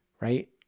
right